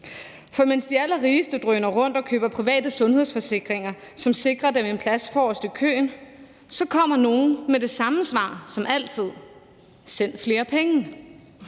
For mens de allerrigeste drøner rundt og køber private sundhedsforsikringer, som sikrer dem en plads forrest i køen, kommer nogle med det samme svar som altid: Send flere penge.